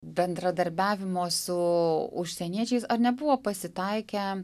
bendradarbiavimo su užsieniečiais ar nebuvo pasitaikę